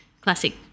Classic